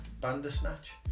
Bandersnatch